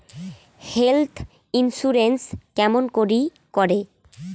Health insurance কেমন করি করে?